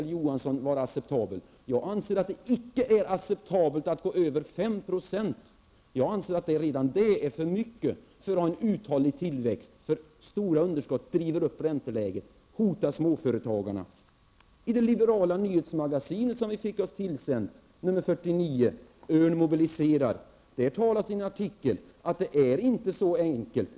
Johansson vara acceptabel? Jag anser det icke vara acceptabelt att gå under 5 %. Redan 5 % är för mycket för att man skall kunna ha en uthållig tillväxt. Stora underskott driver upp räntenivån och hotar småföretagarna. ''Örn mobiliserar, som vi har fått oss tillsänt sägs det i en artikel att det hela inte är så enkelt.